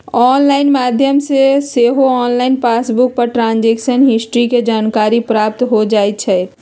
online माध्यम से सेहो ऑनलाइन पासबुक पर ट्रांजैक्शन हिस्ट्री के जानकारी प्राप्त हो जाइ छइ